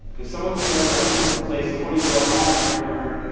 if someone came right now and and placed twenty gel caps right here,